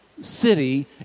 city